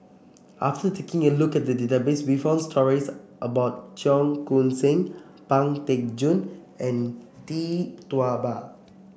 after taking a look at the database we found stories about Cheong Koon Seng Pang Teck Joon and Tee Tua Ba